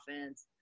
offense